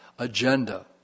agenda